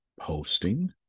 posting